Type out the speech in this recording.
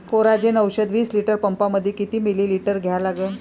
Coragen औषध विस litre पंपामंदी किती मिलीमिटर घ्या लागन?